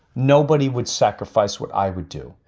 nobody would sacrifice what i would do,